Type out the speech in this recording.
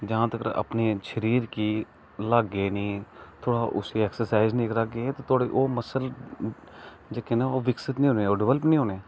जित्थै तकर अपने शरीर गी ल्हागे नेईं थोह्डा उसी एक्सरसाइज नेईं करागे थोहाडे़ ओह् मस्सल जेहके ना ओह् विक्सित नेईं होने ओह् डिवैलप नेईं होने